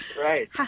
Right